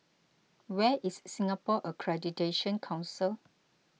where is Singapore Accreditation Council